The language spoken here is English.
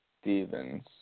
Stevens